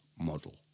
model